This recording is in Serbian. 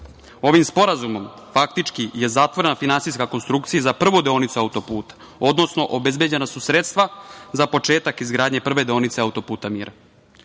sporazumom faktički je zatvorena finansijska konstrukcija za prvu deonicu auto-puta, odnosno, obezbeđena su sredstva za početak izgradnje prve deonice Auto-puta mira. Ovaj